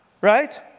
Right